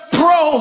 pro